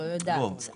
לא יודעת.